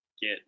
get